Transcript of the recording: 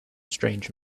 strange